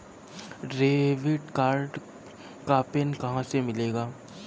Debit card का PIN कहां से मिलेगा?